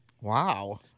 Wow